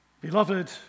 Beloved